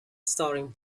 starring